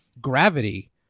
Gravity